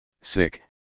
Sick